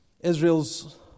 Israel's